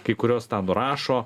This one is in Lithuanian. kai kurios tą nurašo